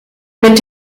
mit